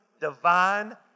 Divine